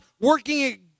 working